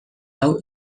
hau